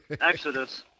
Exodus